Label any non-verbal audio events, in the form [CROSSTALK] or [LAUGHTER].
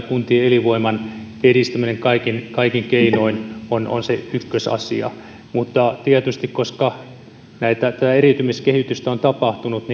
[UNINTELLIGIBLE] kuntien elinvoiman edistäminen kaikin keinoin on on se ykkösasia mutta tietysti koska tätä eriytymiskehitystä on tapahtunut [UNINTELLIGIBLE]